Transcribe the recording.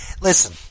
Listen